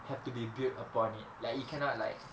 have to be built upon it like it cannot like